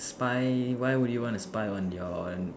spy why would you want to spy on your